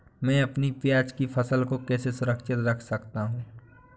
मैं अपनी प्याज की फसल को कैसे सुरक्षित रख सकता हूँ?